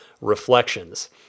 reflections